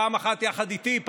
פעם אחת יחד איתי,